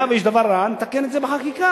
היה ויש דבר רע, נתקן את זה בחקיקה.